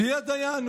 שיהיה דיין.